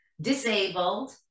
disabled